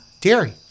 Dairy